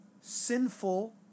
sinful